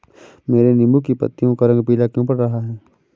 मेरे नींबू की पत्तियों का रंग पीला क्यो पड़ रहा है?